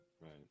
right